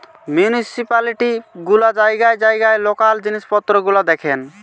municipality গুলা জায়গায় জায়গায় লোকাল জিনিস পত্র গুলা দেখেন